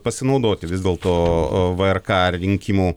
pasinaudoti vis dėlto vrk rinkimų